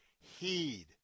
heed